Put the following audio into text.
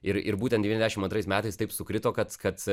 ir ir būtent devyniasdešim antrais metais taip sukrito kad kad